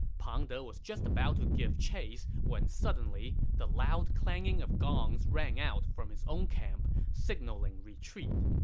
pang de was just about to give chase when suddenly, the loud clanging of gongs rang out from his own camp, signaling retreat.